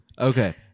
Okay